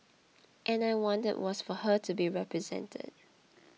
and I wanted was for her to be represented